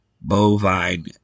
bovine